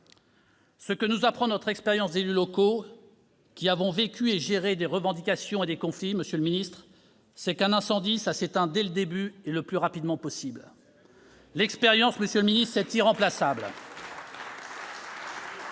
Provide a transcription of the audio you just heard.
Ce que nous apprend notre expérience d'élus locaux, nous qui avons vécu et géré des revendications et des conflits, c'est qu'un incendie, ça s'éteint dès le début et le plus rapidement possible. L'expérience, monsieur le